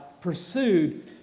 pursued